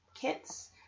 kits